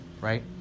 right